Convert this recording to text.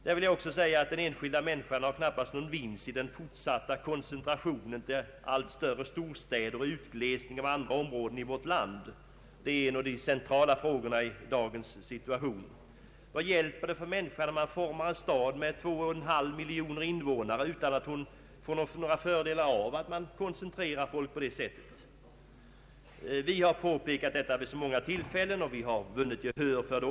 Här vill jag också säga att den enskilda människan har knappast någon vinst i den fortsatta koncentrationen till allt större städer och utglesningen av andra områden i vårt land. Det är en central fråga i dagens situation. Vad hjälper det människan om man bildar en stad med 2,5 miljo ner invånare, om hon inte får några fördelar av att man koncentrerar befolkningen på det sättet? Vi har påpekat detta vid flera tillfällen, och vi har också vunnit gehör för det.